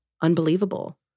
unbelievable